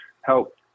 help